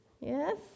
Yes